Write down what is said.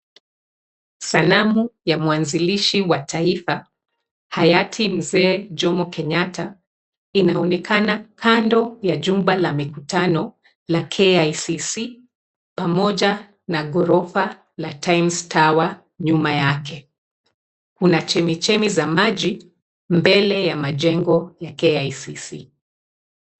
Sanamu ya mwanzilishi wa taifa hayati Mzee Jomo Kenyatta inaonekana kando ya jumba la mikutano ya KICC pamoja na ghorofa la Times Tower nyuma yake. Kuna chemichemi za maji mbele ya majengo ya KICC.